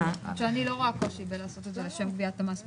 אני לא רואה קושי לכתוב "לשם גביית המס בלבד".